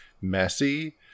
messy